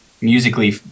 musically